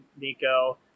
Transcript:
Nico